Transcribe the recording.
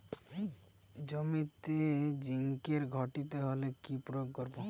জমিতে জিঙ্কের ঘাটতি হলে কি প্রয়োগ করব?